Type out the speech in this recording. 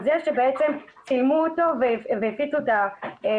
על זה שצילמו אותו והפיצו את הסרטון.